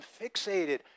fixated